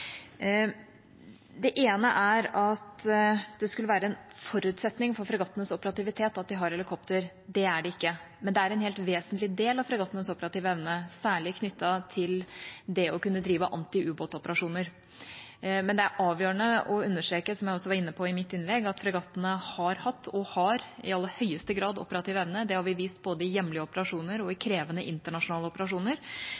det er en helt vesentlig del av fregattenes operative evne, særlig knyttet til det å kunne drive antiubåtoperasjoner. Men det er avgjørende å understreke, som jeg også var inne på i mitt innlegg, at fregattene har hatt – og har – i aller høyeste grad operativ evne. Det har vi vist både i hjemlige operasjoner og i